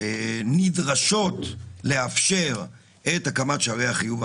נדרשות לאפשר את הקמת שערי החיוב,